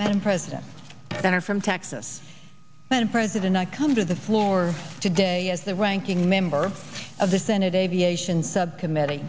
madam president center from texas madam president i come to the floor today as the ranking member of the senate aviation subcommittee